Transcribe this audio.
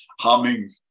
humming